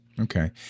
Okay